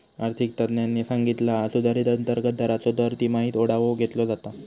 आर्थिक तज्ञांनी सांगितला हा सुधारित अंतर्गत दराचो दर तिमाहीत आढावो घेतलो जाता